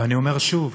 ואני אומר שוב,